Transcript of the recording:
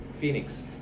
Phoenix